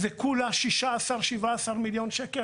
אנחנו מדברים על 16 או 17 מיליון שקלים